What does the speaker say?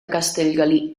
castellgalí